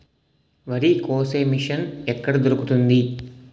వరి కోసే మిషన్ ఎక్కడ దొరుకుతుంది?